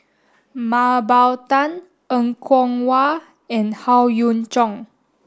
Mah Bow Tan Er Kwong Wah and Howe Yoon Chong